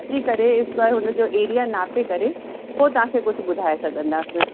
अची करे स्क्वेअर हुन जो एरिया नापे करे पोइ तव्हांखे कुझु ॿुधाए सघंदासीं